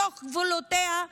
בתוך גבולותיה,